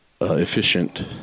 efficient